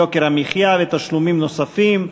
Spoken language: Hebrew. יוקר המחיה ותשלומים נוספים,